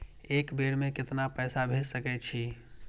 एक बेर में केतना पैसा भेज सके छी?